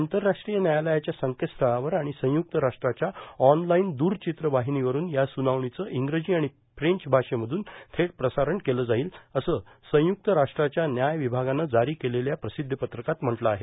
आंतरराष्ट्रीय व्यायालयाच्या संकेतस्थळावर आणि संयुक्त राष्ट्राच्या ऑनलाईन दूरचित्रवाहिनीवरुन या सुनावणीचं इंग्रजी आणि फ्रेंच भाषेमधून थेट प्रसारण केलं जाईल असं संयुक्त राष्ट्राच्या न्याय विभागानं जारी केलेल्या प्रसिद्धी पत्रकात म्हटलं आहे